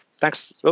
thanks